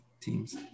teams